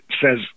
says